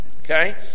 Okay